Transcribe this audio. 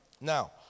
Now